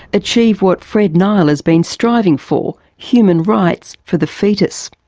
achieve what fred nile has been striving for human rights for the foetus.